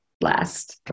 last